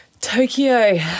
Tokyo